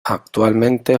actualmente